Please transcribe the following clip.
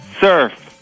Surf